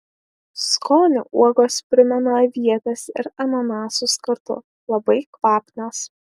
skoniu uogos primena avietes ir ananasus kartu labai kvapnios